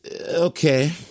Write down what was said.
okay